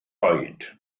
oed